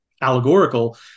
Allegorical